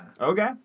Okay